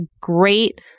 great